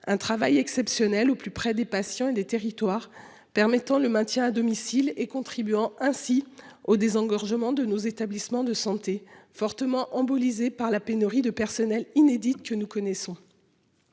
un travail exceptionnel au plus près des patients et des territoires permettant le maintien à domicile et contribuant ainsi au désengorgement de nos établissements de santé fortement en Bolivie par la pénurie de personnel inédite que nous connaissons.